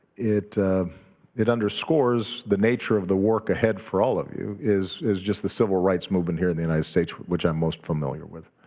it it underscores the nature of the work ahead for all of you is is just the civil rights movement here in the united states, which i'm most familiar with.